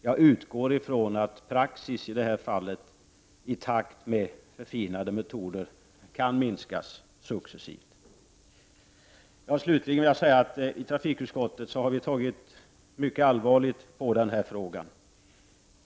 Jag utgår ifrån att praxis i det här fallet, i takt med förfinade metoder, kan successivt förändras. Slutligen vill jag säga att trafikutskottet har tagit mycket allvarligt på den här frågan.